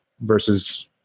versus